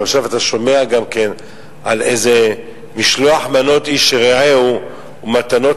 ועכשיו אתה שומע גם על איזה משלוח מנות איש לרעהו ומתנות